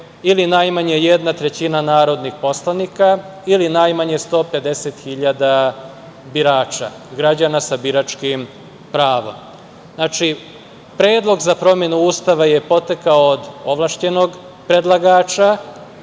ili najmanje jedna trećina narodnih poslanika ili najmanje 150 hiljada birača, građana sa biračkim pravom. Znači, Predlog za promenu Ustava je potekao od ovlašćenog predlagača,